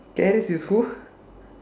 karius is who